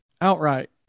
outright